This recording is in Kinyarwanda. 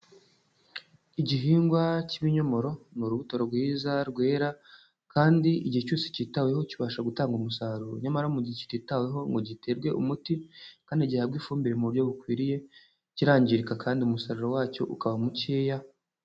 Igihingwa cy'ibinyomoro ni urubuto rwiza rwera kandi igihe cyose cyitaweho kibasha gutanga umusaruro, nyamara mu gihe kititaweho ngo giterwe umuti kandi gihabwa ifumbire mu buryo bukwiriye kirangirika kandi umusaruro wacyo ukaba mukeya.